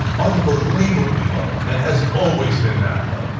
unbelievably low and has always been that low.